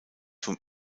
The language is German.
vom